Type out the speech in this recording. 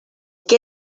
que